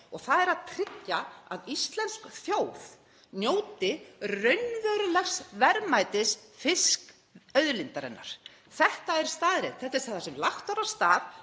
á að gera; að tryggja að íslensk þjóð njóti raunverulegs verðmætis fiskauðlindarinnar. Þetta er staðreynd. Þetta er það sem lagt var af stað